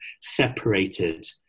separated